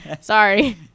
Sorry